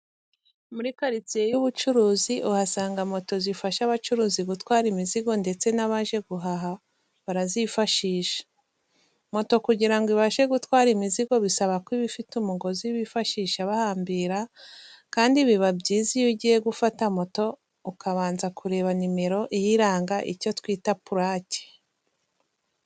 Muri karitsiye y'ubucuruzi uhasanga moto zifasha abacuruzi gutwara imizigo ndetse n'abaje guhaha barazifashisha. Moto kugira ngo ibashe gutwara imizigo bisaba ko iba ifite umugozi bifashisha bahambira kandi biba byiza iyo ugiye gufata moto ukabanza kureba nimero iyiranga icyo twita purake.